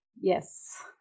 Yes